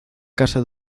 casa